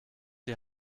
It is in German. die